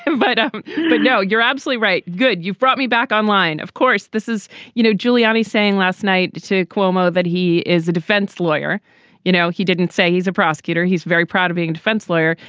um but but no you're absolutely right. good. you've brought me back online of course this is you know giuliani saying last night to cuomo that he is a defense lawyer you know he didn't say he's a prosecutor. he's very proud of being a defense lawyer.